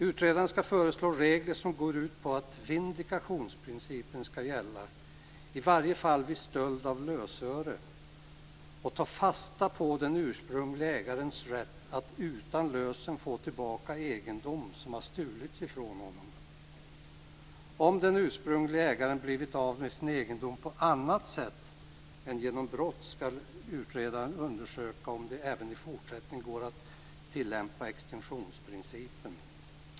Utredaren skall föreslå regler som går ut på att vindikationsprincipen skall gälla i varje fall vid stöld av lösöre och ta fasta på den ursprunglige ägarens rätt att utan lösen få tillbaka egendom som stulits från honom. Om den ursprunglige ägaren blivit av med sin egendom på annat sätt än genom brott skall utredaren undersöka om det även i fortsättningen går att tillämpa extinktionsprincipen.